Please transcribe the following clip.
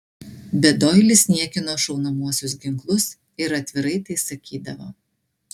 bet doilis niekino šaunamuosius ginklus ir atvirai tai sakydavo